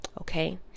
Okay